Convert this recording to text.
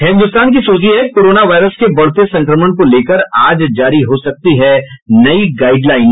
हिन्दुस्तान की सुर्खी है कोरोना वायरस के बढ़ते संक्रमण को लेकर आज जारी हो सकती है नई गाइडलाईन